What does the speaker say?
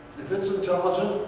if it's intelligent,